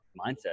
mindset